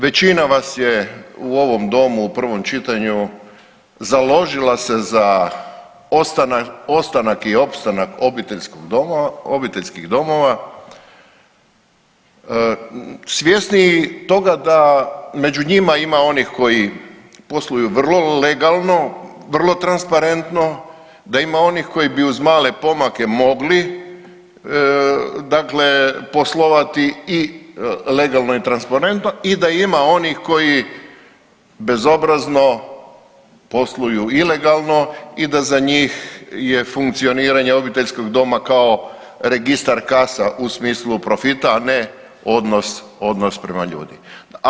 Većina vas je u ovom domu u prvom čitanju založila se za ostanak i opstanak obiteljskih domova svjesniji toga da među njima ima onih koji posluju vrlo legalno, vrlo transparentno, da ima onih koji bi uz male pomake mogli dakle poslovati i legalno i transparentno i da ima onih koji bezobrazno posluju ilegalno i da za njih je funkcioniranje obiteljskog doma kao registar kasa u smislu profita, a ne odnos, odnos prema ljudima.